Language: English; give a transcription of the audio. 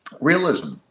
realism